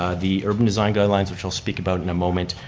ah the urban design guidelines which i'll speak about in a moment,